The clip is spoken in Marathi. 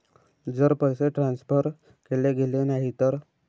जर पैसे ट्रान्सफर केले गेले नाही तर?